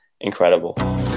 Incredible